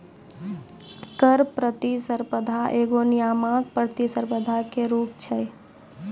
कर प्रतिस्पर्धा एगो नियामक प्रतिस्पर्धा के रूप छै